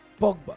Pogba